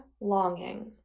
Longing